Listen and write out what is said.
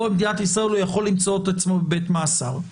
פה במדינת ישראל הוא יכול למצוא את עצמו בבית מאסר.